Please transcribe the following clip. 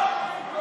רון,